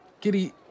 Giddy